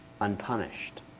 unpunished